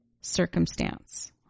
circumstance